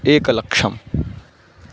एकलक्षम्